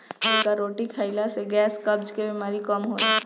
एकर रोटी खाईला से गैस, कब्ज के बेमारी कम होला